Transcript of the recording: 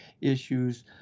issues